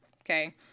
okay